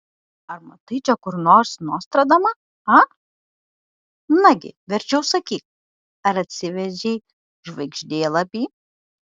ar matai čia kur nors nostradamą a nagi verčiau sakyk ar atsivežei žvaigždėlapį